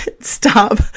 stop